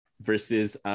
versus